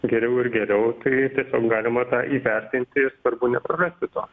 geriau ir geriau turėti tiesiog galima tą įvertinti ir svarbu neprarasti to